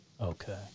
Okay